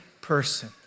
person